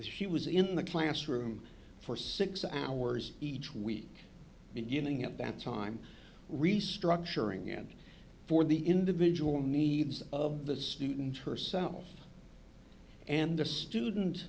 she was in the classroom for six hours each week beginning at that time restructuring and for the individual needs of the student herself and the student